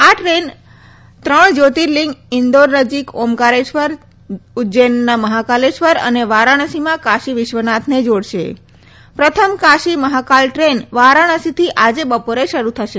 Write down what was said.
આ દ્રેન એવા ત્રણ જ્યોતિલિંગ ઇન્દોર નજીક ઓમકારેશ્વર ઉજ્જૈન મહાકાલેશ્વર અને વારાણસીમાં કાશી વિશ્વનાથને જોડશે પ્રથમ કાશી મહાકાલ ટ્રેન વારાણસીથી આજે બપોરે શરૂ થશે